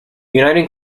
uniting